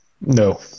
No